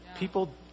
People